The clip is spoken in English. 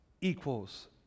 equals